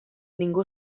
ningú